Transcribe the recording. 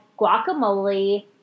guacamole